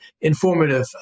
informative